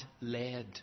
led